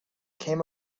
came